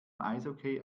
eishockey